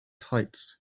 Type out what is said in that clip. heights